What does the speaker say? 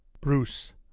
Bruce